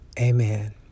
Amen